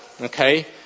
okay